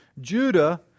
Judah